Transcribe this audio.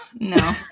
No